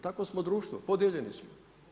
Takvo smo društvo, podijeljeni smo.